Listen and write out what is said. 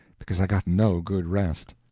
because i got no good rest.